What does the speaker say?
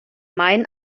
main